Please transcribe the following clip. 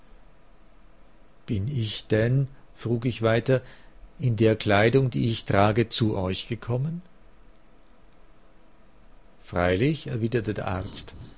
bin ich denn frug ich weiter in der kleidung die ich trage zu euch gekommen freilich erwiderte der arzt